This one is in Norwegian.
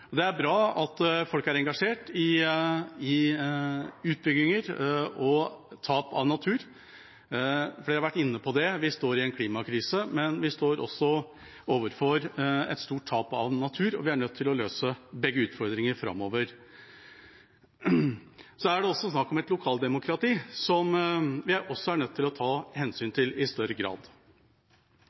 Og det er bra at folk er engasjert i utbygginger og tap av natur. Flere har vært inne på at vi står i en klimakrise, men vi står også overfor et stort tap av natur, og vi er nødt til å løse begge utfordringer framover. Så er det også snakk om lokaldemokratiet, som vi i større grad er nødt til å ta hensyn til.